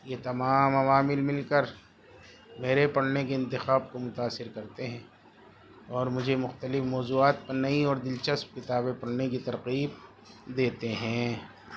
یہ تمام عوامل مل کر میرے پڑھنے کے انتخاب کو متاثر کرتے ہیں اور مجھے مختلف موضوعات پر نئی اور دلچسپ کتابیں پڑھنے کی ترغیب دیتے ہیں